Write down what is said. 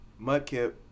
Mudkip